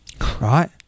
right